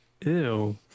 ew